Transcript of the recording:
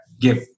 give